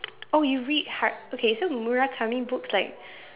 oh you read har~ okay so Murakami books like